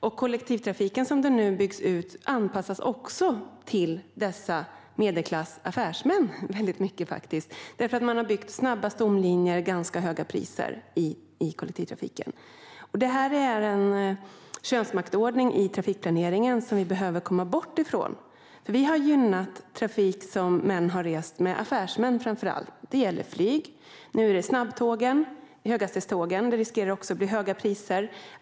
När kollektivtrafiken byggs ut anpassas den till medelklassens affärsmän. Man har byggt snabba stomlinjer med ganska högra priser. Det är en könsmaktsordning i trafikplaneringen som vi behöver komma bort från. Vi har gynnat trafik som framför allt affärsmän reser med. Det gäller flyg, och nu är det höghastighetståg. Här riskerar det också att bli höga priser.